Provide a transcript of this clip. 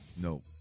No